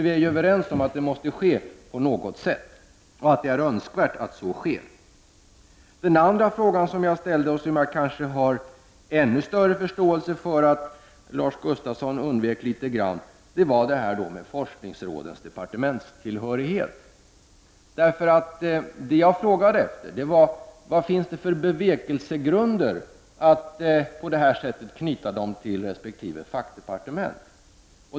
Vi är ju överens om att det måste ske på något sätt och att det är önskvärt att så sker. Den andra frågan som jag ställde och som jag har ännu större förståelse för att Lars Gustafsson undvek litet grand gällde forskningsrådens departementstillhörighet. Det jag frågade efter var vilka bevekelsegrunder det finns för att på det här sättet knyta forskningsråden till resp. fackdepartement.